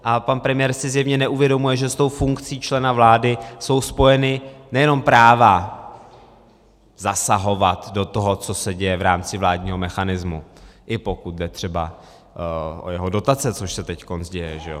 A pan premiér si zjevně neuvědomuje, že s funkcí člena vlády jsou spojena nejenom práva zasahovat do toho, co se děje v rámci vládního mechanismu, i pokud jde třeba o jeho dotace, což se teď děje, že?